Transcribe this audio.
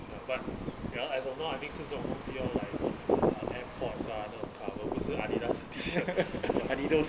ya but ya as of now I think 是这种东西 orh like 种 uh AirPods ah 那种 cover 不是 adidas 的 T shirt 赶走